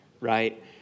right